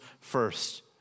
first